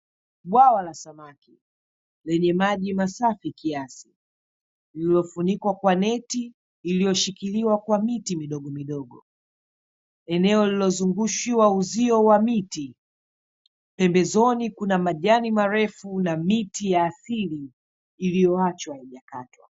Bwawa la samaki lenye maji masafi kiasi lililofunikwa kwa neti ilioshikiliwa kwa miti midogo midogo. Eneo lililozungushiwa uzio wa miti pembezoni kuna majani marefu na miti ya asili ilioachwa haijakatwa.